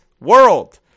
World